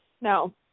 No